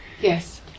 Yes